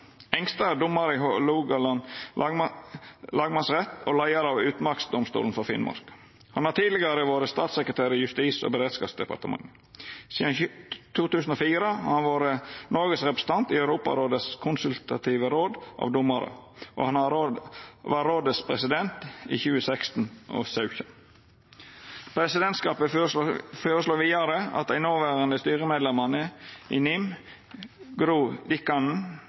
Engstad. Engstad er domar i Hålogaland lagmannsrett og leiar av Utmarksdomstolen for Finnmark. Han har tidlegare vore statssekretær i Justis- og beredskapsdepartementet. Sidan 2004 har han vore Noregs representant i Europarådets konsultative råd av domarar, og han var president der i 2016 og 2017. Presidentskapet føreslår vidare at dei noverande styremedlemene i NIM